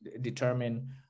determine